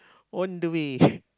on the way